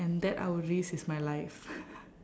and that I would risk is my life